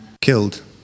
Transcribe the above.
killed